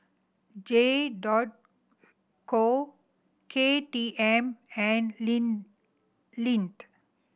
J co K T M and Lindt